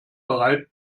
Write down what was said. bereit